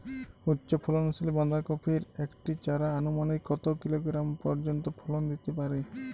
উচ্চ ফলনশীল বাঁধাকপির একটি চারা আনুমানিক কত কিলোগ্রাম পর্যন্ত ফলন দিতে পারে?